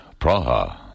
Praha